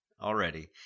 already